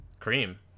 cream